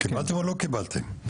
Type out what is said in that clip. קיבלתם או לא קיבלתם?